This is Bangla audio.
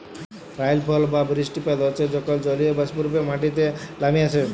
রাইলফল বা বিরিস্টিপাত হচ্যে যখল জলীয়বাষ্প রূপে মাটিতে লামে আসে